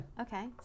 okay